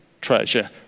treasure